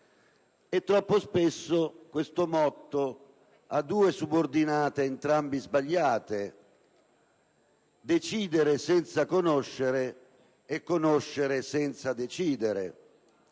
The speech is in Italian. Troppo spesso questo motto ha due subordinate, entrambe sbagliate: «decidere senza conoscere» e «conoscere senza decidere».